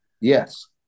Yes